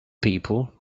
people